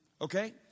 Okay